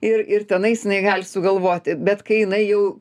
ir ir tenais jinai gali sugalvoti bet kai jinai jau